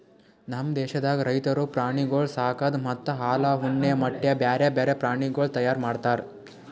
ನಮ್ ದೇಶದಾಗ್ ರೈತುರು ಪ್ರಾಣಿಗೊಳ್ ಸಾಕದ್ ಮತ್ತ ಹಾಲ, ಉಣ್ಣೆ, ಮೊಟ್ಟೆ, ಬ್ಯಾರೆ ಬ್ಯಾರೆ ಪ್ರಾಣಿಗೊಳ್ ತೈಯಾರ್ ಮಾಡ್ತಾರ್